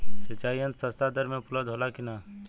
सिंचाई यंत्र सस्ता दर में उपलब्ध होला कि न?